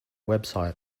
website